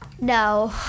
No